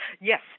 Yes